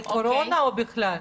לקורונה או בכלל?